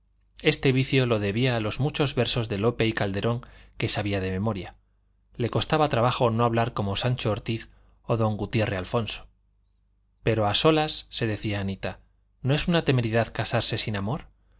este vicio lo debía a los muchos versos de lope y calderón que sabía de memoria le costaba trabajo no hablar como sancho ortiz o don gutierre alfonso pero a solas se decía anita no es una temeridad casarse sin amor